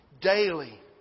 daily